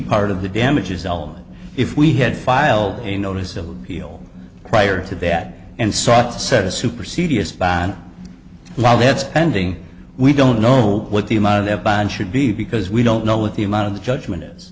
part of the damages element if we had filed a notice of appeal prior to that and sought to set a super serious bond while that's ending we don't know what the amount of that bond should be because we don't know what the amount of the judgment is